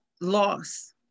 loss